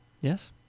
Yes